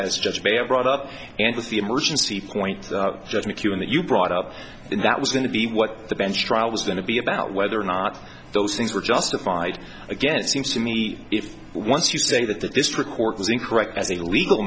as judge may have brought up and with the emergency point judge mckeown that you brought up that was going to be what the bench trial was going to be about whether or not those things were justified again seems to me if once you say that the district court was incorrect as a legal